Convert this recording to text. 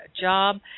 job